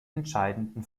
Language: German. entscheidenden